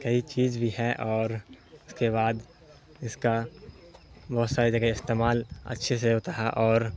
کئی چیز بھی ہے اور اس کے بعد اس کا بہت ساری جگہ استعمال اچھے سے ہوتا ہے اور